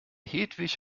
hedwig